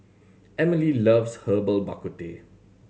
Emilie loves Herbal Bak Ku Teh